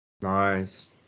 Nice